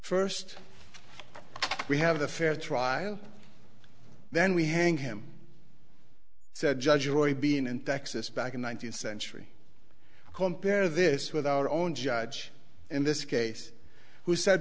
first we have a fair trial then we hang him said judge roy bean in texas back in one thousand century compare this with our own judge in this case who said